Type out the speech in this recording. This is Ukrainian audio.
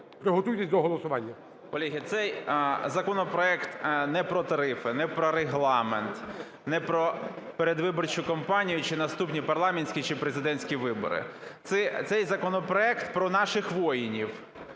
Приготуйтесь до голосування. 11:53:54 ВІННИК І.Ю. Колеги, цей законопроект не про тарифи, не про Регламент, не про передвиборчу кампанію, чи наступні парламентські чи президентські вибори. Цей законопроект про наших воїнів.